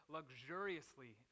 luxuriously